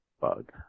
bug